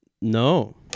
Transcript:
no